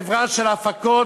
חברה של הפקות?